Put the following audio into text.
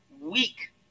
weak